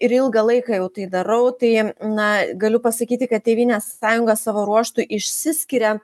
ir ilgą laiką jau tai darau tai na galiu pasakyti kad tėvynės sąjunga savo ruožtu išsiskiria